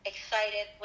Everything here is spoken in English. Excited